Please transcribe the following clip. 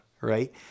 right